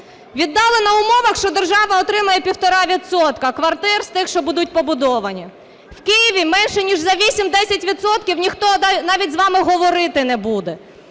Віддали на умовах, що держава отримає 1,5 відсотка квартир з тих, що будуть побудовані. В Києві менше ніж за 8-10 відсотків ніхто навіть з вами говорити не буде.